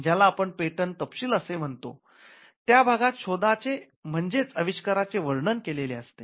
ज्याला आपण पेटंट तपशील असे म्हणतो त्या भागात शोधाचे म्हणजेच अविष्काराचे वर्णन केलेले असते